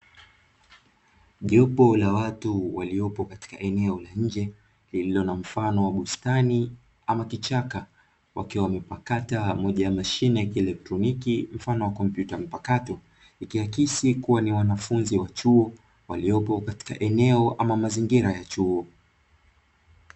Jopo la watu waliopo katika eneo la nje; lililo na mfano wa bustani ama kichaka, wakiwa wamepakata moja ya mashine ya kielektroniki mfano wa kompyuta mpakato, ikiakisi kuwa ni wanafunzi wa chuo, waliopo katika eneo ama mazingira ya chuo.